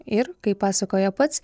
ir kaip pasakoja pats